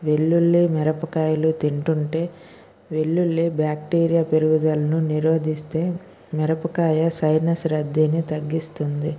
వెల్లుల్లి మిరపకాయలు తింటుంటే వెల్లుల్లి బాక్టీరియా పెరుగుదలను నిరోధిస్తే మిరపకాయ సైనస్ రద్దీని తగ్గిస్తుంది